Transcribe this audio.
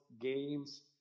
games